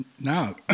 No